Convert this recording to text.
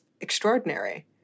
extraordinary